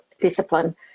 discipline